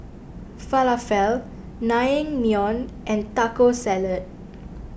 Falafel Naengmyeon and Taco Salad